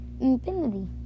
Infinity